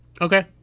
Okay